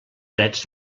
drets